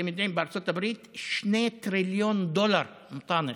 אתם יודעים, בארצות הברית 2 טריליון דולר, אנטאנס,